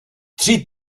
tři